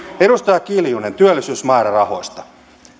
edustaja kiljunen kysyi työllisyysmäärärahoista